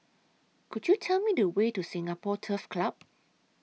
Could YOU Tell Me The Way to Singapore Turf Club